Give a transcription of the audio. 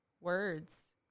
Words